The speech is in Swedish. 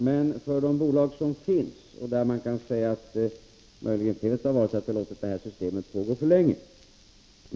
Men för de bolag som finns kan man möjligen säga att felet har varit att man låtit det här systemet tillämpas för länge.